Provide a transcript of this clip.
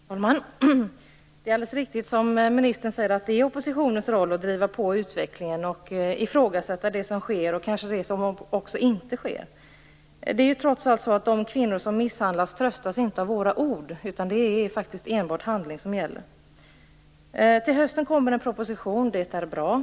Herr talman! Det är alldeles riktigt som ministern säger att det är oppositionens roll att driva på utvecklingen, ifrågasätta det som sker och kanske också det som inte sker. Det är trots allt så att de kvinnor som misshandlas inte tröstas av våra ord, utan det är faktiskt enbart handling som gäller. Till hösten kommer en proposition. Det är bra.